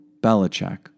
Belichick